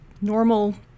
normal